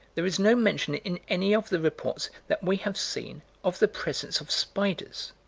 there is no mention in any of the reports that we have seen, of the presence of spiders.